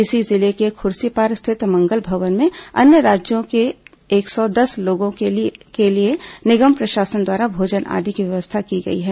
इसी जिले के खुर्सीपार स्थित मंगल भवन में अन्य राज्यों के एक सौ दस लोगों के लिए निगम प्रशासन द्वारा भोजन आदि की व्यवस्था की गई है